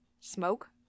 smoke